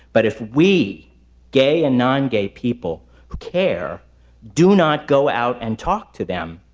but if we gay and non-gay people who care do not go out and talk to them,